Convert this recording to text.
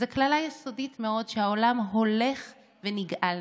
זאת קללה יסודית מאוד שהעולם הולך ונגאל ממנה,